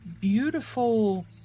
beautiful